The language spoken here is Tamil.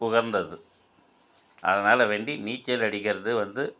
உகந்தது அதனால் வேண்டி நீச்சல் அடிக்கிறது வந்து